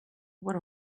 what